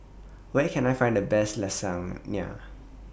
Where Can I Find The Best Lasagne